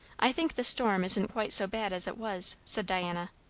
i think the storm isn't quite so bad as it was, said diana.